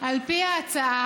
על פי ההצעה,